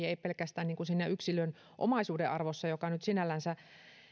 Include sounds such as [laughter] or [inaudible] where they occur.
[unintelligible] ei vaikuta pelkästään siihen yksilön omaisuuden arvoon joka nyt sinällänsä